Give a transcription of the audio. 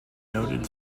noted